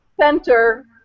center